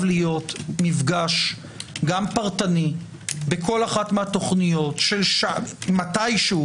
להיות מפגש גם פרטני בכל אחת מהתוכניות מתישהו,